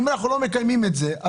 אם אנחנו לא מקיימים את זה,